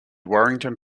warrington